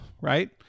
right